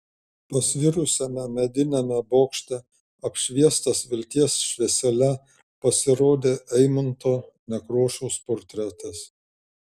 pasvirusiame mediniame bokšte apšviestas vilties šviesele pasirodė eimunto nekrošiaus portretas